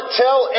tell